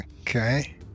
Okay